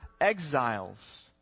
exiles